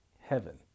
heaven